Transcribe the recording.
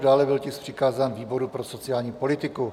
Dále byl tisk přikázán výboru pro sociální politiku.